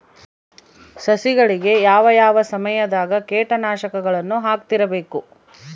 ಸಸಿಗಳಿಗೆ ಯಾವ ಯಾವ ಸಮಯದಾಗ ಕೇಟನಾಶಕಗಳನ್ನು ಹಾಕ್ತಿರಬೇಕು?